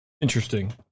Interesting